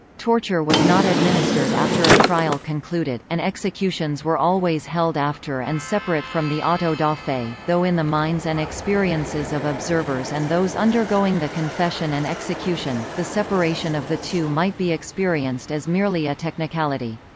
torture was not administered after a trial concluded, and executions were always held after and separate from the auto-da-fe, though in the minds and experiences of observers and those undergoing the confession and execution, the separation of the two might be experienced as merely a technicality.